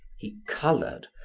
he colored,